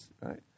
right